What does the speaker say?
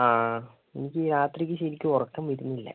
ആ എനിക്ക് രാത്രിക്ക് ശരിക്ക് ഉറക്കം വരുന്നില്ല